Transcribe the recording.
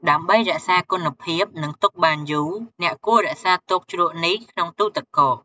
ដើម្បីរក្សាគុណភាព និងទុកបានយូរ អ្នកគួររក្សាទុកជ្រក់នេះក្នុងទូទឹកកក។